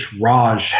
Raj